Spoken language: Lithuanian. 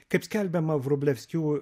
kaip skelbiama vrublevskių